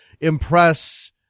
impress